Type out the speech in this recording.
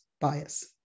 Bias